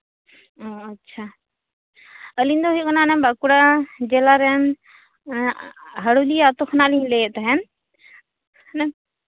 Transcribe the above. ᱚ ᱟᱪᱪᱷᱟ ᱟᱹᱞᱤᱧ ᱫᱚ ᱦᱩᱭᱩᱜ ᱠᱟᱱᱟ ᱵᱟᱸᱠᱩᱲᱟ ᱡᱮᱞᱟᱨᱮᱱ ᱦᱟᱹᱲᱩᱞᱤᱭᱟ ᱟᱛᱚ ᱠᱷᱚᱱ ᱞᱤᱧ ᱞᱟᱹᱭᱮᱜ ᱛᱟᱦᱮᱱ